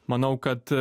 manau kad